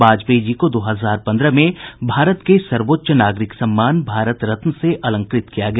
वाजपेयी जी को दो हजार पंद्रह में भारत के सर्वोच्च नागरिक सम्मान भारत रत्न से अलंकृत किया गया